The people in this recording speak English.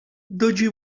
dodgy